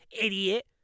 Idiot